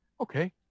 Okay